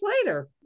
later